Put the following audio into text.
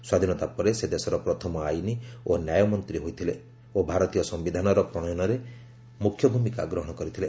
ସ୍ୱାଧୀନତା ପରେ ସେ ଦେଶର ପ୍ରଥମ ଆଇନ ଓ ନ୍ୟାୟ ମନ୍ତ୍ରୀ ହୋଇଥିଲେ ଓ ଭାରତୀୟ ସମ୍ବିଧାନର ପ୍ରଣୟନରେ ମୁଖ୍ୟ ଭୂମିକା ଗ୍ରହଶ କରିଥିଲେ